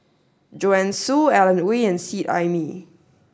Joanne Soo Alan Oei and Seet Ai Mee